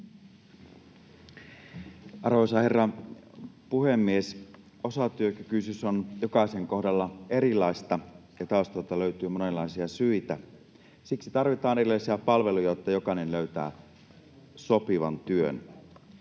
Arvoisa herra puhemies! Osatyökykyisyys on jokaisen kohdalla erilaista, ja taustalta löytyy monenlaisia syitä. Siksi tarvitaan erilaisia palveluja, jotta jokainen löytää sopivan työn.